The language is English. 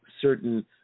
certain